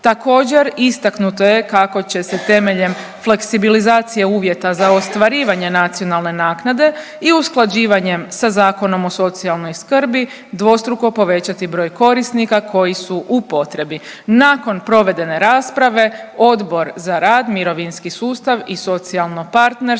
Također, istaknuto je kako će se temeljem fleksibilizacije uvjeta za ostvarivanje nacionalne naknade i usklađivanjem sa Zakonom o socijalnoj skrbi dvostruko povećati broj korisnika koji su u potrebi. Nakon provedene rasprave, Odbor za rad, mirovinski sustav i socijalno partnerstvo